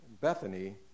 Bethany